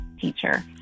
teacher